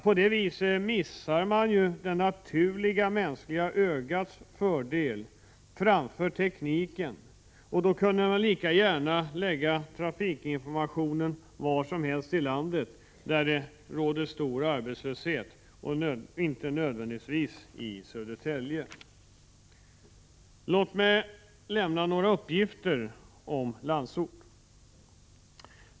På det viset missas det naturliga mänskliga ögats fördel framför tekniken — och då kunde lika gärna trafikinformationen förläggas var som helst i landet där det råder stor arbetslöshet och inte nödvändigtvis i Södertälje. Låt mig lämna några uppgifter om Landsort.